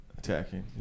Attacking